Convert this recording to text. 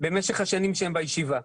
במשך השנים שהם בישיבה.